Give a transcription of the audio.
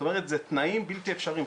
זאת אומרת אלה תנאים בלתי אפשריים,